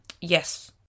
yes